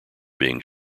being